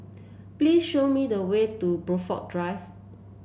please show me the way to Blandford Drive